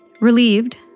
Relieved